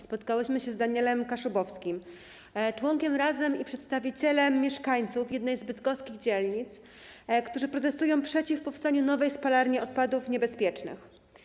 Spotkałyśmy się z Danielem Kaszubowskim, członkiem Razem i przedstawicielem mieszkańców jednej z bydgoskich dzielnic, którzy protestują przeciw powstaniu nowej spalarni odpadów niebezpiecznych.